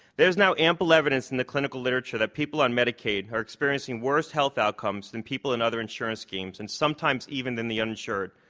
there is now ample evidence in the clinical literature that people on medicaid are experiencing worse health outcomes than people in other insurance schemes. and sometimes even in the uninsured.